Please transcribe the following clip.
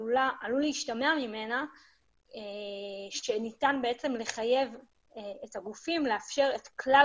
עלול להשתמע ממנה שניתן לחייב את הגופים לאפשר את כלל